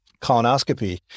colonoscopy